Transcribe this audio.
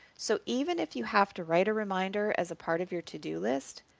so even if you have to write a reminder as a part of your to-do list,